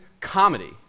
comedy